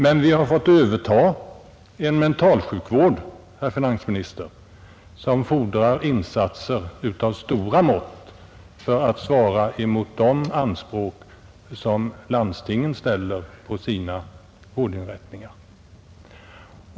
Men vi har fått överta en mentalsjukvård, herr finansminister, som fordrar insatser av stora mått för att den skall kunna svara mot de anspråk som landstingen ställer på sina vårdinrättningar.